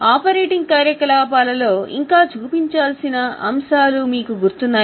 operating కార్యకలాపాలలో ఇంకా చూపించాల్సిన అంశాలు మీకు గుర్తు ఉన్నాయా